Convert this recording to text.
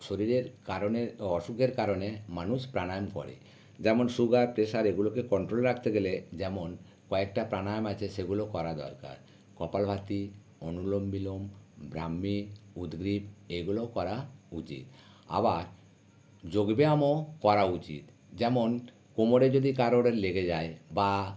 শরীরের কারণের অসুখের কারণে মানুষ প্রাণায়াম করে যেমন সুগার প্রেশার এগুলোকে কনট্রোলে রাখতে গেলে যেমন কয়েকটা প্রাণায়াম আছে সেগুলো করা দরকার কপালভাতি অনুলোম বিলোম ভ্রাম্মিক উদ্ভিদ এগুলো করা উচিত আবার যোগব্যায়ামও করা উচিত যেমন কোমরে যদি কারোর লেগে যায় বা